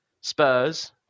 Spurs